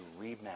remap